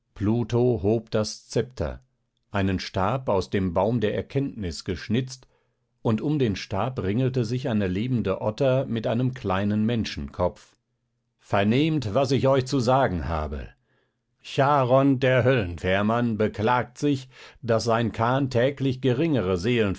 pluto hob das szepter einen stab aus dem baum der erkenntnis geschnitzt und um den stab ringelte sich eine lebende otter mit einem kleinen menschenkopf vernehmt was ich euch zu sagen habe charon der höllenfährmann beklagt sich daß sein kahn täglich geringere